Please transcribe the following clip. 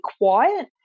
quiet